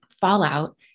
fallout